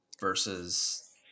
versus